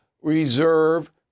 reserve